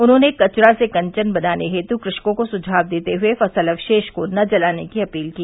उन्होंने कचरा से कंचन बनाने हेतु कृषकों को सुझाव देते हुए फसल अवशेष को न जलाने की अपील की